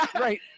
right